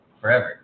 forever